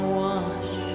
wash